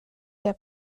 der